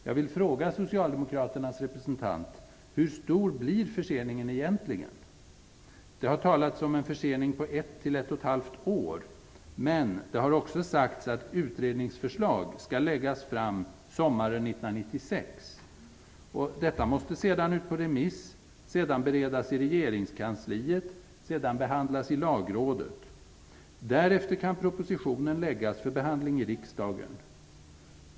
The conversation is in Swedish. Jag vill fråga socialdemokraternas representant: Hur stor blir förseningen egentligen? Det har talats om en försening på ett till ett och ett halvt år. Men det har också sagts att utredningsförslag skall läggas fram sommaren 1996. Detta måste sedan ut på remiss, sedan beredas i regeringskansliet, sedan behandlas i Lagrådet. Därefter kan propositionen läggas fram för behandling i riksdagen.